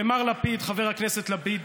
למר לפיד, חבר הכנסת לפיד,